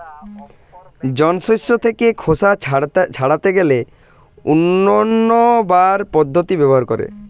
জন শস্য থেকে খোসা ছাড়াতে গেলে উইন্নবার পদ্ধতি ব্যবহার করে